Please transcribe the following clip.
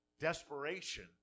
desperation